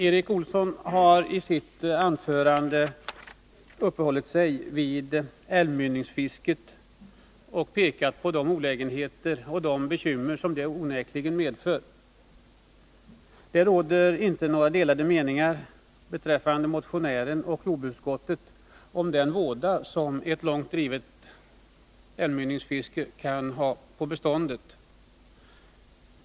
Erik Olsson har i sitt anförande uppehållit sig vid älvmynningsfisket och pekat på de olägenheter och de bekymmer som det onekligen medför. Det finns inga delade meningar mellan motionären och jordbruksutskottet om den våda som ett långt drivet älvmynningsfiske kan ha på beståndet.